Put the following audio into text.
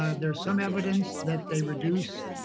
ah there's some evidence that they reduce